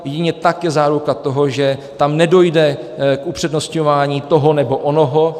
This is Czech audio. Jedině tak je záruka toho, že tam nedojde k upřednostňování toho nebo onoho.